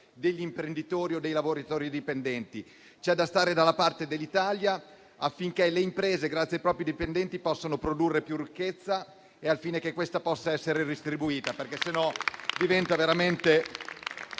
degli imprenditori o dei lavori dipendenti; c'è da stare dalla parte dell'Italia, affinché le imprese, grazie ai propri dipendenti, possano produrre più ricchezza in modo che questa possa essere redistribuita, altrimenti diventa veramente